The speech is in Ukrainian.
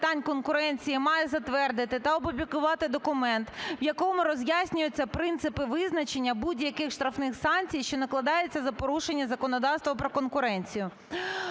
Дякую.